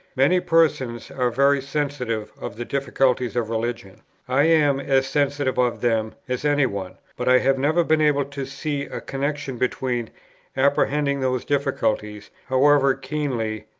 many persons are very sensitive of the difficulties of religion i am as sensitive of them as any one but i have never been able to see a connexion between apprehending those difficulties, however keenly,